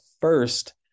first